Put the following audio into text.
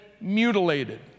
mutilated